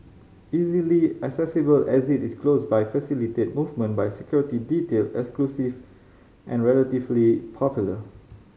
easily accessible exit is close by facilitate movement by security detail exclusive and relatively popular